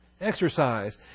Exercise